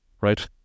right